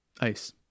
Ice